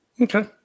Okay